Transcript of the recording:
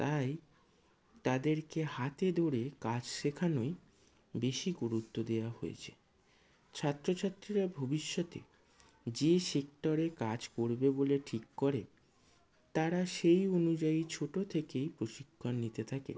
তাই তাদেরকে হাতে ধরে কাজ শেখানোয় বেশি গুরুত্ব দেওয়া হয়েছে ছাত্র ছাত্রীরা ভবিষ্যতে যে সেক্টরে কাজ করবে বলে ঠিক করে তারা সেই অনুযায়ী ছোট থেকেই প্রশিক্ষণ নিতে থাকে